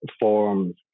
forms